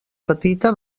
petita